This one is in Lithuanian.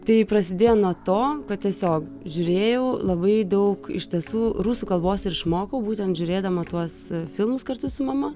tai prasidėjo nuo to kad tiesiog žiūrėjau labai daug ištisų rusų kalbos ir išmokau būtent žiūrėdama tuos filmus kartu su mama